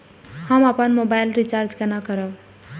हम अपन mobile recharge केना करब?